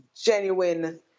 genuine